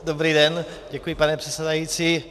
Dobrý den, děkuji, pane předsedající.